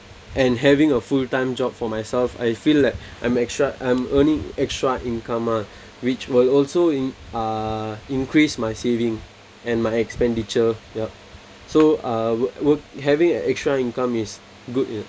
and having a full time job for myself I feel like I'm extra I'm earning extra income ah which will also in uh increase my saving and my expenditure yup so uh wor~ work having a extra income is good lah